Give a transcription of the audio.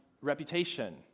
reputation